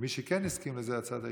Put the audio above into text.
ומי שכן הסכים לזה זה הצד היהודי.